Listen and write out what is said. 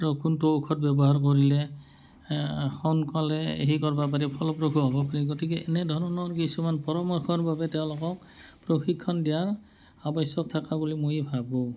কোনটো ঔষধ ব্যৱহাৰ কৰিলে সোনকালে হেৰি কৰিব পাৰি ফলপ্ৰসু হ'ব পাৰি গতিকে এনেধৰণৰ কিছুমান পৰামৰ্শৰ বাবে তেওঁলোকক প্ৰশিক্ষণ দিয়াৰ আৱশ্যক থকা বুলি মই ভাবোঁ